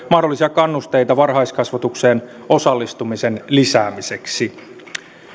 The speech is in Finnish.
mahdollisia kannusteita varhaiskasvatukseen osallistumisen lisäämiseksi